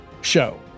show